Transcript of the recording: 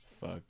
Fuck